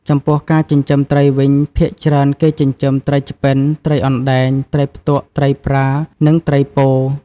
ចំពោះការចិញ្ចឹមត្រីវិញ ភាគច្រើនគេចិញ្ចឹម ត្រីឆ្ពិន ត្រីអណ្ដែង ត្រីផ្ទក់ ត្រីប្រា និងត្រីពោ...។